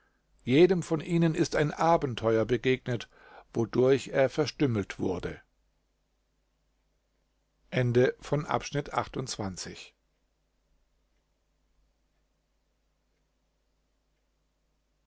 jedem von ihnen ist ein abenteuer begegnet wodurch er verstümmelt wurde